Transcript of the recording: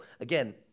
again